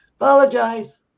Apologize